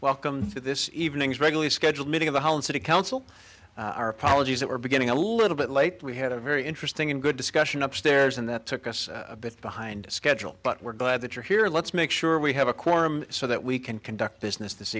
welcome to this evening's regularly scheduled meeting of the whole city council our apologies that were beginning a little bit late we had a very interesting and good discussion upstairs and that took us a bit behind schedule but we're glad that you're here let's make sure we have a quorum so that we can conduct business this